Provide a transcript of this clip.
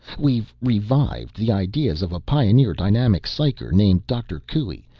we've revived the ideas of a pioneer dynamic psycher named dr. coue.